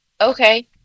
okay